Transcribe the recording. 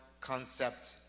concept